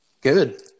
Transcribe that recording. good